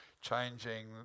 changing